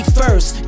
first